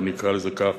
אני אקרא לזה כך,